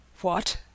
What